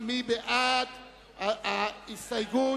מי בעד ההסתייגות,